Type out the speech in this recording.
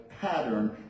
pattern